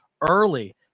early